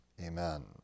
amen